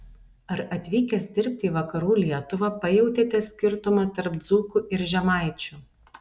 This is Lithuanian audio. ar atvykęs dirbti į vakarų lietuvą pajautėte skirtumą tarp dzūkų ir žemaičių